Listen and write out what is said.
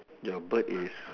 your bird is